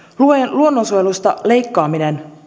luonnonsuojelusta leikkaaminen